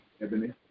Ebony